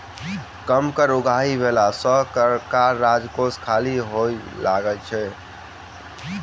कम कर उगाही भेला सॅ सरकारक राजकोष खाली होमय लगै छै